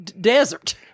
desert